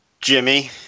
Jimmy